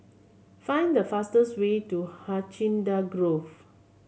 find the fastest way to Hacienda Grove